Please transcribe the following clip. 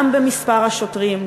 גם במספר השוטרים,